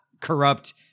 corrupt